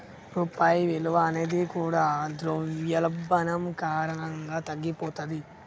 రూపాయి విలువ అనేది కూడా ద్రవ్యోల్బణం కారణంగా తగ్గిపోతది